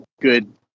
good